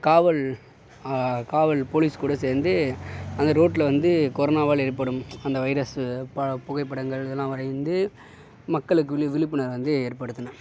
காவல் காவல் போலீஸ் கூட சேர்ந்து அந்த ரோட்டில் வந்து கொரானாவால் ஏற்படும் அந்த வைரஸ்ஸு பா புகைப்படங்கள் இதெல்லாம் வரைந்து மக்களுக்கு விழி விழிப்புணர்வு வந்து ஏற்படுத்தினேன்